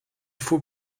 faut